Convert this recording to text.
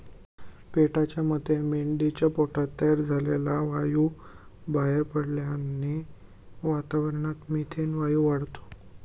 पेटाच्या मते मेंढीच्या पोटात तयार झालेला वायू बाहेर पडल्याने वातावरणात मिथेन वायू वाढतो